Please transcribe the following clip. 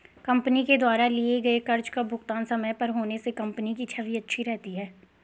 company के द्वारा लिए गए कर्ज का भुगतान समय पर होने से कंपनी की छवि अच्छी रहती है